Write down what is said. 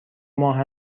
ماه